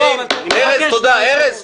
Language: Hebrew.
אדוני היושב-ראש,